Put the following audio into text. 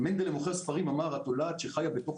מנדלי מוכר ספרים אומר "התולעת שחיה בתוך